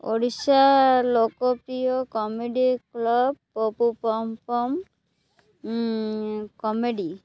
ଓଡ଼ିଶା ଲୋକପ୍ରିୟ comedy club Papu Pam Pam comedy